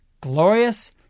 Glorious